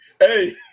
Hey